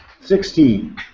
Sixteen